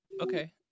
okay